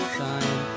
sign